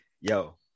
Yo